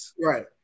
right